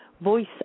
voice